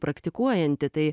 praktikuojanti tai